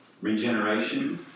regeneration